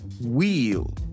wheel